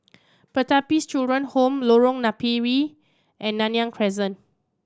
Pertapis Children Home Lorong Napiri and Nanyang Crescent